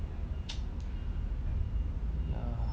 ya